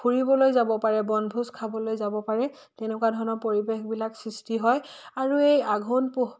ফুৰিবলৈ যাব পাৰে বনভোজ খাবলৈ যাব পাৰে তেনেকুৱা ধৰণৰ পৰিৱেশবিলাক সৃষ্টি হয় আৰু এই আঘোণ পুহ